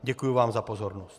Děkuji vám za pozornost.